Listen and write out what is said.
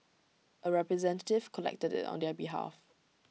A representative collected IT on their behalf